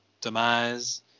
demise